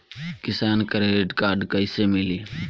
किसान credit card कइसे मिली?